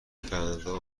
فردا